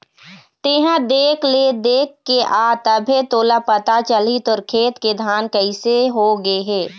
तेंहा देख ले देखके आ तभे तोला पता चलही तोर खेत के धान कइसे हो गे हे